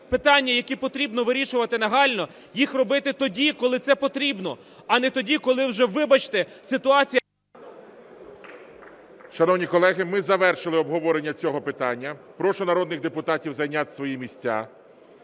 питання, які потрібно вирішувати нагально, їх робити тоді, коли це потрібно, а не тоді, коли вже, вибачте, ситуація... ГОЛОВУЮЧИЙ. Шановні колеги, ми завершили обговорення цього питання. Прошу народних депутатів зайняти свої місця.